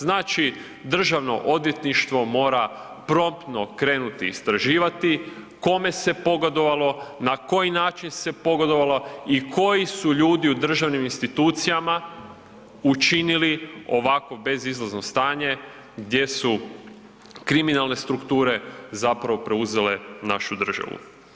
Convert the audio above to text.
Znači Državno odvjetništvo mora promptno krenuti istraživati kome se pogodovalo, na koji način se pogodovalo i koji su ljudi u državnim institucijama učinili ovakvo bezizlazno stanje gdje su kriminalne strukture zapravo preuzele našu državu.